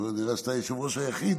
אולי בגלל שאתה היושב-ראש היחיד.